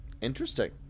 interesting